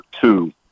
two